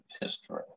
history